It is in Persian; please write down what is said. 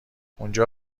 اونجا